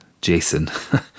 Jason